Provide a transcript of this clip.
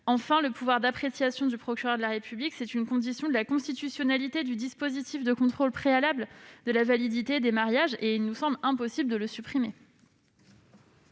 Enfin, le pouvoir d'appréciation du procureur de la République est une condition de la constitutionnalité du dispositif de contrôle préalable de la validité des mariages. Il nous semble impossible de le supprimer.